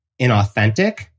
inauthentic